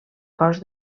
cos